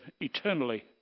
eternally